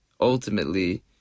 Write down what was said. ultimately